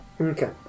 Okay